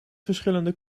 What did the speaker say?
verschillende